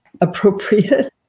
appropriate